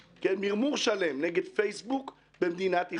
השפה, שמבינים את ההקשר, שמבינים את התרבות.